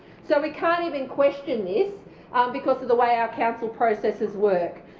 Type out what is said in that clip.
so we can't even question this because of the way our council processes work.